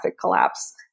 collapse